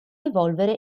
evolvere